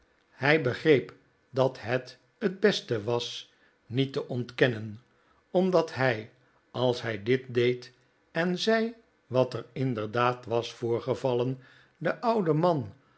hij begreep dat het t beste was niet te ontkennen omdat hij als hij dit deed en zei wat er inderdaad was voorgevallen den ouden man